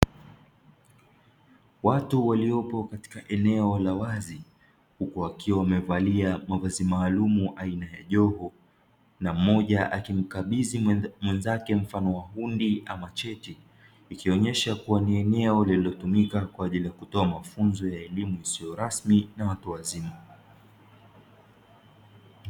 Watu waliopo katika eneo la wazi, huku wakiwa wamevalia mavazi maalumu aina ya joho na mmoja akimkabidhi mwenzake mfano wa hundi ama cheti. Ikionesha kuwa ni eneo lililotumika kwa ajili ya kutoa mafunzo, ya elimu isiyo rasmi na watu wazima.